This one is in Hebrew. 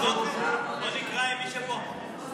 בוא נקרא את מי שפה.